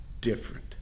different